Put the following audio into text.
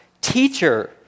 Teacher